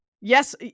Yes